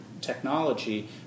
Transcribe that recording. technology